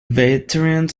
veterans